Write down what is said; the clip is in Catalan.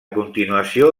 continuació